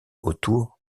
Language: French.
autour